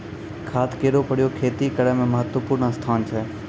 खाद केरो प्रयोग खेती करै म महत्त्वपूर्ण स्थान छै